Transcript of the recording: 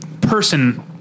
person